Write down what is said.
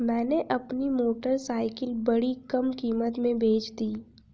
मैंने अपनी मोटरसाइकिल बड़ी कम कीमत में बेंच दी